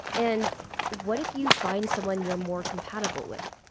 and what if you find someone you're more compatible with,